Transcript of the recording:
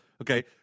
Okay